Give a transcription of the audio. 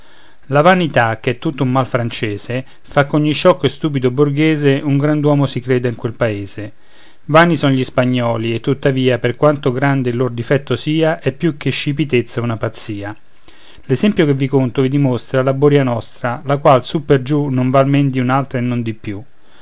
la vanità ch'è tutto un mal francese fa ch'ogni sciocco e stupido borghese un grand'uomo si creda in quel paese vani son gli spagnoli e tuttavia per quanto grande il lor difetto sia è più che scipitezza una pazzia l'esempio che vi conto vi dimostra la boria nostra la qual su per giù non vale men di un'altra e non di più